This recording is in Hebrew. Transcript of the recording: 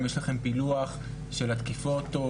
אם יש לכם פילוח של התקיפות,